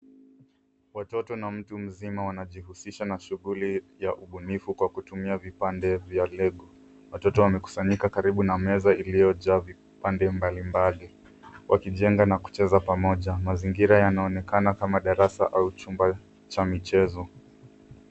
Watoto na mtu mzima wanajihusisha na shuguli ya ubunifu kwa kutumia vipande vya lego. Watoto wamekusanyika karibu na meza iliyojaa vipande mbalimbali wakijenga na kucheza pamoja. Mazingira yanaonekana kama darasa au chumba cha michezo.